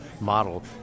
model